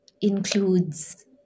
includes